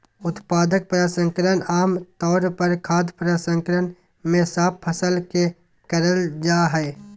उत्पाद प्रसंस्करण आम तौर पर खाद्य प्रसंस्करण मे साफ फसल के करल जा हई